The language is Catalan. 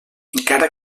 encara